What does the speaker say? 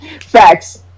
Facts